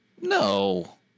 No